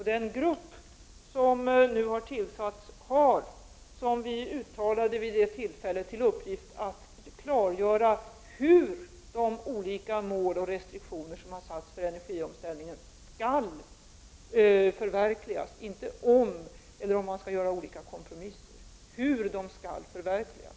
Den grupp som nu tillsatts har, som vi uttalade vid det tillfället, i uppgift att klargöra hur de olika mål och restriktioner skall förverkligas som har fastställts för energiomställningen. Det handlar alltså inte om eller om huruvida man skall göra olika kompromisser, utan det handlar om hur dessa skall förverkligas.